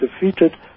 defeated